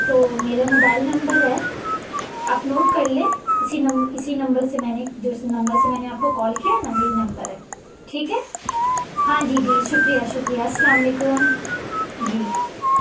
تو میرا mobile number ہے آپ نوٹ کر لیں اسی نم اسی نمبر سے میں نے جو اس نمبر سے میں نے آپ کو کال کیا نا یہی نمبر ہے ٹھیک ہے ہاں جی جی شکریہ شکریہ السّلام علیکم جی